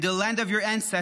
in the land of your ancestors,